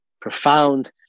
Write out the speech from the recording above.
profound